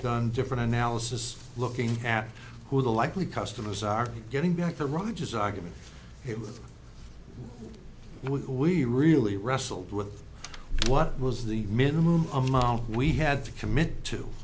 done different analysis looking at who the likely customers are getting back to roger's argument with we really wrestled with what was the minimum amount we had to commit to